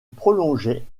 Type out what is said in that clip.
prolongeait